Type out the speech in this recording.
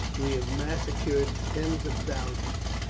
we have massacred tens of thousands.